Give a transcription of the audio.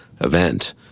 event